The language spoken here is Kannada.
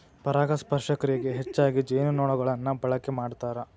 ಪರಾಗಸ್ಪರ್ಶ ಕ್ರಿಯೆಗೆ ಹೆಚ್ಚಾಗಿ ಜೇನುನೊಣಗಳನ್ನ ಬಳಕೆ ಮಾಡ್ತಾರ